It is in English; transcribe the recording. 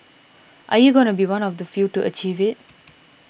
are you gonna be one of the few to achieve it